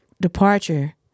departure